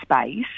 space